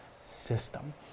system